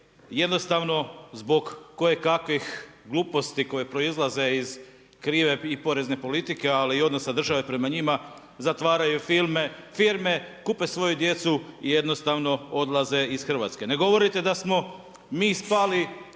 jednostavno, zbog koje i kakvih gluposti, koji proizlaze iz krive i porezne politike, ali i odnose prema njima, zatvaraju firme, kupe svoju djecu i jednostavno odlaze iz Hrvatske. Ne govorite da smo mi spali